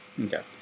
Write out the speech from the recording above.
Okay